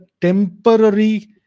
temporary